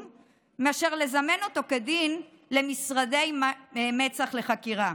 מאשר לזמן אותו כדין למשרדי מצ"ח לחקירה.